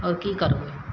आओर कि करबै